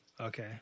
Okay